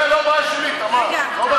זה לא בעיה שלי, תמר.